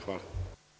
Hvala.